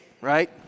right